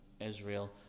Israel